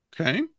Okay